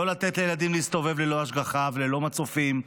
לא לתת לילדים להסתובב ללא השגחה וללא מצופים,